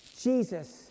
Jesus